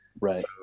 Right